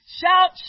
shout